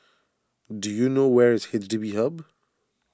do you know where is H D B Hub